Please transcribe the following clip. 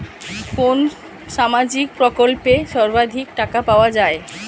কোন সামাজিক প্রকল্পে সর্বাধিক টাকা পাওয়া য়ায়?